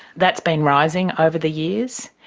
that's been rising over the years.